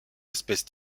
espèce